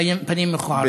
פנים מכוערות.